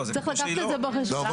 צריך לקחת את זה בחשבון.